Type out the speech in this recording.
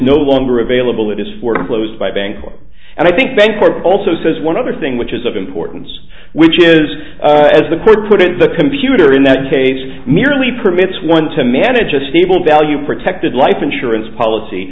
no longer available that is foreclosed by a bank or and i think bancorp also says one other thing which is of importance which is as the court put it the computer in that case merely permits one to manage a stable value protected life insurance policy